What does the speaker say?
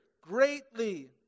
greatly